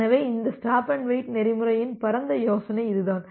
எனவே இந்த stop and wait நெறிமுறையின் பரந்த யோசனை இதுதான்